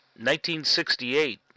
1968